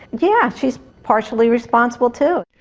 yeah she is partially responsible too.